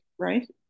right